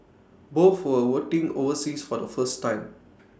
both were voting overseas for the first time